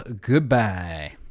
Goodbye